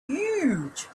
huge